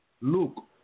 look